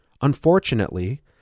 Unfortunately